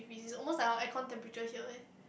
if it's almost like our aircon temperature here eh